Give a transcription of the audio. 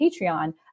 Patreon